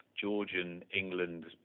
Georgian-England